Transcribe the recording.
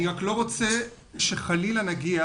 אני לא רוצה שחלילה נגיע